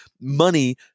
money